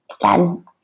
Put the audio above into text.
again